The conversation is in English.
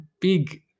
big